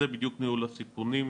זה בדיוק ניהול הסיכונים.